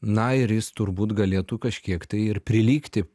na ir jis turbūt galėtų kažkiek tai ir prilygti